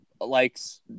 likes